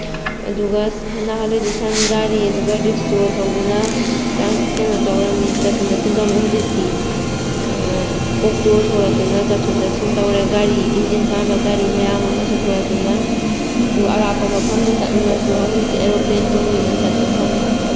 ꯑꯗꯨꯒ ꯅꯍꯥꯜꯋꯥꯏꯗꯤ ꯁꯟꯒꯥꯔꯤ ꯑꯗꯨꯒ ꯔꯤꯛꯁꯣ ꯊꯧꯗꯨꯅ ꯀꯩꯅꯣ ꯇꯧꯔꯝꯃꯤ ꯆꯠꯊꯣꯛ ꯆꯠꯁꯤꯟ ꯇꯧꯔꯝꯃꯤ ꯍꯧꯖꯤꯛꯇꯤ ꯑꯣꯛꯇꯣ ꯊꯣꯛꯂꯛꯇꯨꯅ ꯆꯠꯊꯣꯛ ꯆꯠꯁꯤꯟ ꯇꯧꯔꯦ ꯒꯥꯔꯤ ꯏꯟꯖꯤꯟ ꯄꯥꯟꯕ ꯒꯥꯔꯤ ꯃꯌꯥꯝ ꯑꯃꯁꯨ ꯊꯣꯛꯂꯛꯇꯨꯅ ꯑꯗꯨꯒ ꯑꯔꯥꯞꯄ ꯃꯐꯝꯗ ꯆꯠꯅꯤꯡꯉꯁꯨ ꯍꯧꯖꯤꯛꯇꯤ ꯑꯦꯔꯣꯄ꯭ꯂꯦꯟ ꯇꯣꯡꯗꯨꯅ ꯆꯠꯄ ꯐꯪꯉꯦ